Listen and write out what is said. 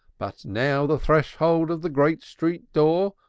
but now the threshold of the great street door,